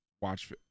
watch